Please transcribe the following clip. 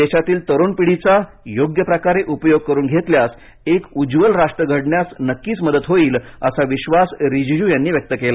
देशातील तरुण पिढीचा योग्य प्रकारे उपयोग करून घेतल्यास एक उज्वल राष्ट्र घडवण्यास नक्कीच मदत होईल असा विश्वासही रिजीजू यांनी व्यक्त केला